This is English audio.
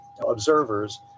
observers